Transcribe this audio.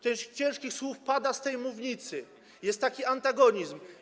tyle ciężkich słów pada z tej mównicy, jest taki antagonizm.